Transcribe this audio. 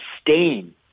stain